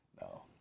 No